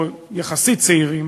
או יחסית צעירים,